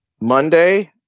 Monday